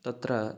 तत्र